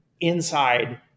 inside